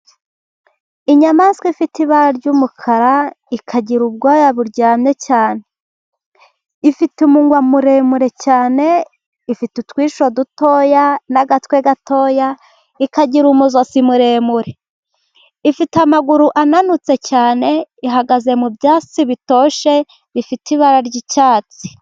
Inyamaswa ifite ibara ry'umukara, ikagira ubwoya buryamye cyane. Ifite umunwa muremure cyane, ifite utwisho dutoya n'agatwe gatoya ikagira umujosi muremure. Ifite amaguru ananutse cyane ihagaze mu byatsi bitoshye bifite ibara ry'icyatsi.